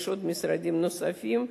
יש משרדים נוספים,